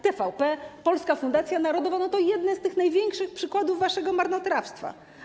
TVP, Polska Fundacja Narodowa to jedne z największych przykładów waszego marnotrawstwa.